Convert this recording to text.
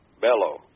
Bellow